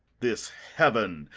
this heaven,